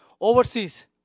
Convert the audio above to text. overseas